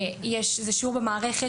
זה שיעור שבועי במערכת,